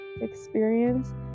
experience